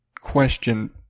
question